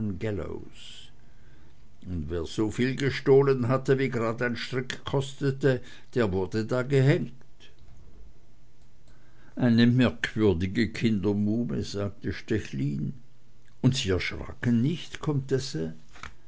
und wer soviel gestohlen hatte wie gerad ein strick kostete der wurde da gehängt eine merkwürdige kindermuhme sagte stechlin und erschraken sie nicht comtesse